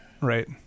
right